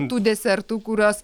tų desertų kuriuos